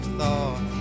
thought